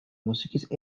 მუსიკის